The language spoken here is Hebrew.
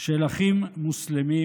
של אחים מוסלמים,